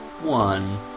one